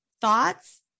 thoughts